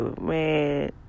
Man